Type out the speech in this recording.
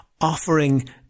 offering